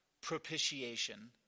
propitiation